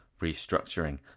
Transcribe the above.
restructuring